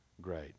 great